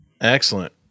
Excellent